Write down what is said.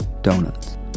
Donuts